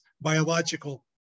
biological